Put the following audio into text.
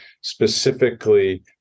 specifically